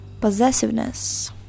possessiveness